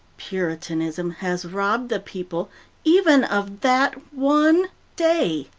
puritanism has robbed the people even of that one day.